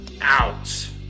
out